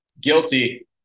Guilty